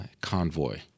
convoy